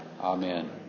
Amen